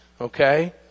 okay